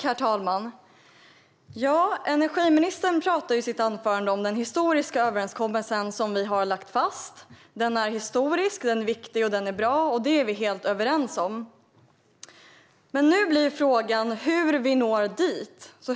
Herr talman! Energiministern talar i sitt anförande om den historiska överenskommelse som vi har lagt fast. Den är historisk, viktig och bra. Det är vi helt överens om. Nu blir frågan hur vi når dit.